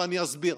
ואני אסביר: